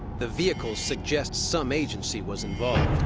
the vehicle suggests some agency was involved,